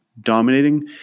dominating